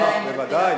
בוודאי,